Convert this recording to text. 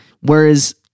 whereas